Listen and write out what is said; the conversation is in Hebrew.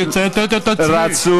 אני אצטט את עצמי.